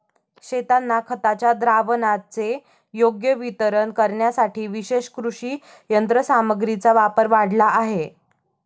शेतांना खताच्या द्रावणाचे योग्य वितरण करण्यासाठी विशेष कृषी यंत्रसामग्रीचा वापर वाढला आहे